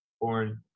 born